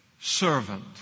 servant